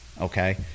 Okay